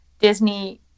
Disney